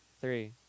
Three